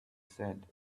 said